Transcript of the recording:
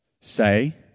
say